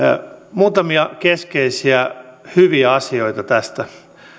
muutamia keskeisiä hyviä asioita tästä